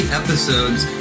episodes